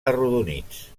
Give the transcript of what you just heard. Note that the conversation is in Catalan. arrodonits